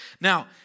Now